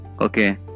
Okay